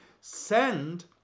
Send